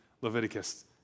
Leviticus